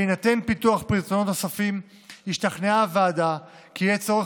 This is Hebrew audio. בהינתן פיתוח פתרונות נוספים השתכנעה הוועדה כי יהיה צורך